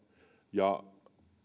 ja